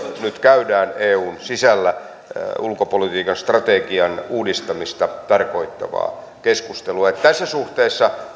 nyt käydään eun sisällä ulkopolitiikan strategian uudistamista tarkoittavaa keskustelua tässä suhteessa